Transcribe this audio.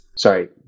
Sorry